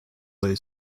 lay